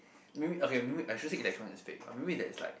maybe okay maybe I shouldn't say electrons is fake maybe there's like